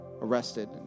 arrested